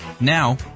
Now